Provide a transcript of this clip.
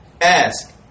Ask